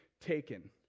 taken